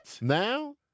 Now